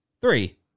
three